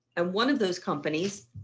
and one of those companies.